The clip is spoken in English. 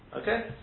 Okay